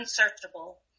unsearchable